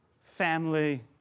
family